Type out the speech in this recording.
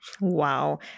Wow